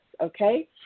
okay